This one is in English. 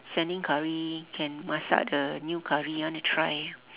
sending curry can masak the new curry I want to try